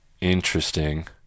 Interesting